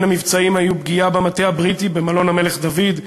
בין המבצעים היו פגיעה במטה הבריטי במלון "המלך דוד",